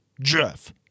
Jeff